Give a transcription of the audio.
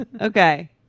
Okay